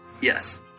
Yes